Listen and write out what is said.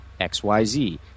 XYZ